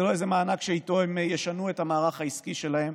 זה לא איזה מענק שאיתו הם ישנו את המערך העסקי שלהם,